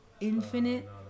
infinite